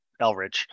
elrich